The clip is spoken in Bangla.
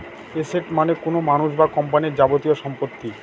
এসেট মানে কোনো মানুষ বা কোম্পানির যাবতীয় সম্পত্তি